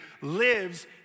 lives